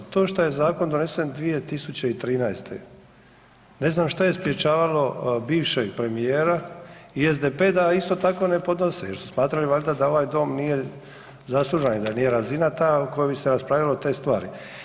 To šta je zakon donesen 2013. ne znam šta je sprječavalo bivšeg premijera i SDP da isto tako ne podnose, jer su smatrali valjda da ovaj dom nije zaslužan i da nije razina ta o kojoj bi se raspravljalo te stvari.